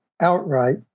outright